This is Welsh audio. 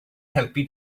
helpu